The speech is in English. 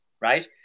Right